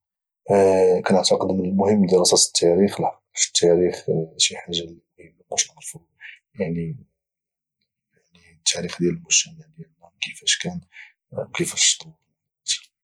كنعتقد من المهم دراسة التاريخ لحقاش التاريخ شي حاجة اللي مهمة باش نعرفو يعني التاريخ ديال المجتمع ديالنا كفاش كان او كفاش تطور مع الوقت